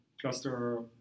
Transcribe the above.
cluster